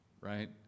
right